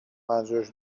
منظورش